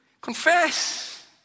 confess